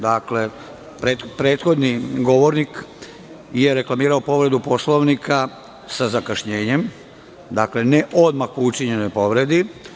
Dakle, prethodni govornik je reklamirao povredu Poslovnika sa zakašnjenjem, dakle, ne odmah po učinjenoj povredi.